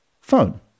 phone